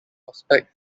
prospect